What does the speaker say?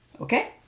Okay